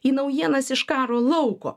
į naujienas iš karo lauko